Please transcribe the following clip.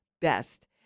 best